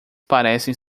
parecem